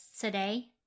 today